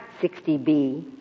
60B